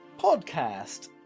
Podcast